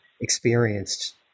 experienced